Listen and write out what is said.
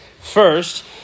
First